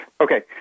Okay